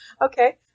Okay